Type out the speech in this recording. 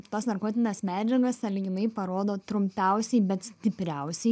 tas narkotines medžiagas sąlyginai parodo trumpiausiai bet stipriausiai